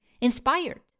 inspired